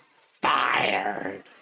fired